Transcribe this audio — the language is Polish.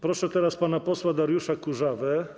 Proszę teraz pana posła Dariusza Kurzawę.